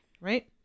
Right